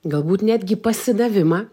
galbūt netgi pasidavimą